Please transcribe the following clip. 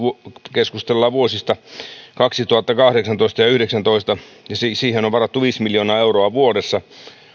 keskustellaan vuosista kaksituhattakahdeksantoista ja kaksituhattayhdeksäntoista ja siihen on on varattu viisi miljoonaa euroa vuodessa